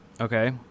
Okay